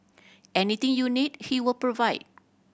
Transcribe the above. anything you need he will provide